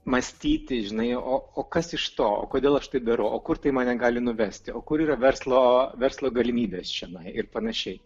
mąstyti žinai o o kas iš to kodėl aš tai darau o kur tai mane gali nuvesti o kur yra verslo verslo galimybės čionai ir panašiai